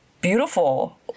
beautiful